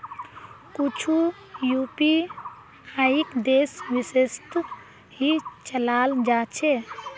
कुछु यूपीआईक देश विशेषत ही चलाल जा छे